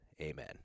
Amen